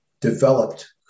developed